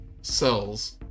cells